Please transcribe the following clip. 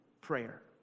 prayer